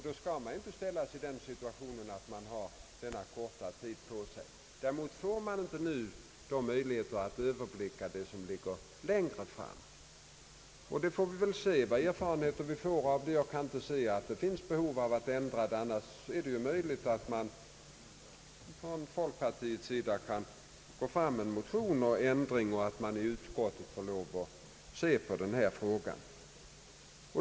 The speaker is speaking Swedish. Man skall inte behöva komma i den situationen att ha så kort tid på sig. Däremot är det omöjligt att överblicka det som ligger längre fram i tiden. Jag kan alltså inte för närvarande se att det finns något behov att ändra systemet. Folkpartiet har dock möjligheten att motionera om en ändring så att utskottet får se över frågan.